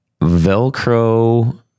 Velcro